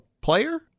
player